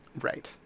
Right